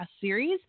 series